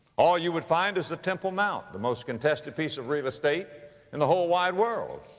all you would find is the temple mount, the most contested piece of real estate in the whole wide world,